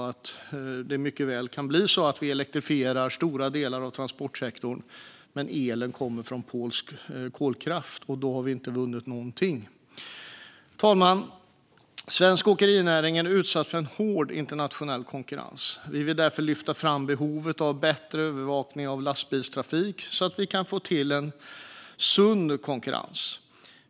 Det kan mycket väl bli så att vi elektrifierar stora delar av transportsektorn men att elen kommer från polsk kolkraft. Då har vi inte vunnit någonting. Herr talman! Svensk åkerinäring är utsatt för en hård internationell konkurrens. Vi vill därför lyfta fram behovet av bättre övervakning av lastbilstrafik så att vi kan få till en sund konkurrens.